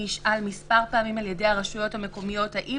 נשאל מספר פעמים על ידי הרשויות המקומיות האם